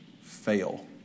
fail